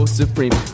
supreme